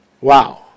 Wow